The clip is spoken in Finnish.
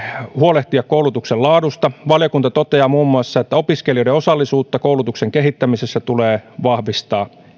huolehtia koulutuksen laadusta valiokunta toteaa muun muassa että opiskelijoiden osallisuutta koulutuksen kehittämisessä tulee vahvistaa